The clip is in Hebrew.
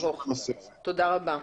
תודה רבה.